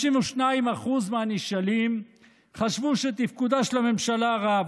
52% מהנשאלים חשבו שתפקודה של הממשלה רע,